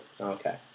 Okay